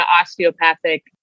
osteopathic